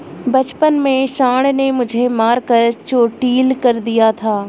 बचपन में सांड ने मुझे मारकर चोटील कर दिया था